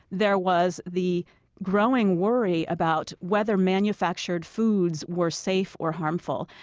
there was the growing worry about whether manufactured foods were safe or harmful,